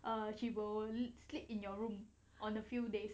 she will sleep in your room on a few days